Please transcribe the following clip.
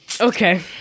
Okay